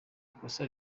ikosa